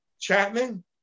Chapman